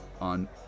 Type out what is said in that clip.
on